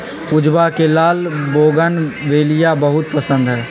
पूजवा के लाल बोगनवेलिया बहुत पसंद हई